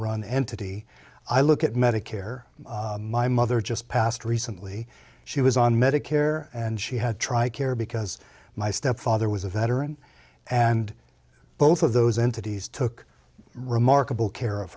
run entity i look at medicare my mother just passed recently she was on medicare and she had tri care because my stepfather was a veteran and both of those entities took remarkable care of